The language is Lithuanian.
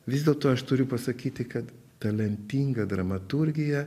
vis dėlto aš turiu pasakyti kad talentinga dramaturgija